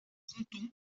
fronton